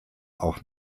auch